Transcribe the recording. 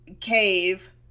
cave